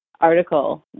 article